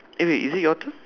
eh wait is it your turn